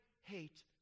hate